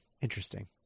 Interesting